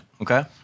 Okay